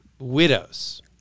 Widows